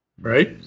right